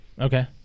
okay